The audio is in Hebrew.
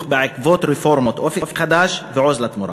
בעקבות רפורמות "אופק חדש" ו"עוז לתמורה",